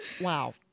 wow